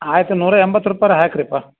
ಆಯ್ತು ನೂರ ಎಂಬತ್ತು ರೂಪಾಯಾರ ಹಾಕಿರಪ್ಪ